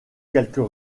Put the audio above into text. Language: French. quelques